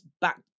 back